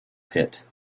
pit